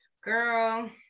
girl